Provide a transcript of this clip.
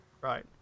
Right